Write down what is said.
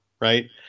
right